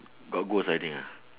got ghost I think ah